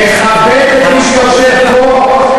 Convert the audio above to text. תכבד את מי שיושב פה,